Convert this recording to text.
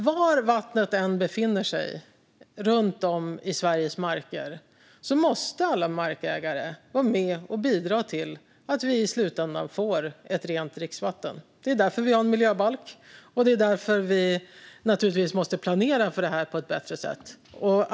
Var vattnet än befinner sig runt om i Sveriges marker måste alla markägare vara med och bidra till att vi i slutändan får ett rent dricksvatten. Det är därför vi har en miljöbalk, och det är därför vi måste planera för detta på ett bättre sätt.